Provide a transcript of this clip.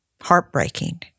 heartbreaking